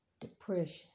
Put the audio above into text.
depression